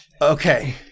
Okay